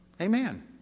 Amen